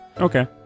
Okay